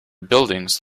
buildings